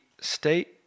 state